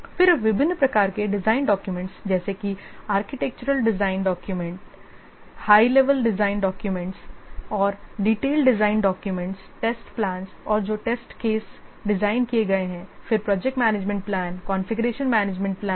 फिर विभिन्न प्रकार के डिज़ाइन डॉक्यूमेंटस जैसे कि architectural design documents high level design documents और detail design documents test plans और जो टेस्ट केस डिजाइन किए गए हैं फिर project management plan configuration management plan